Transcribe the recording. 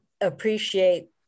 appreciate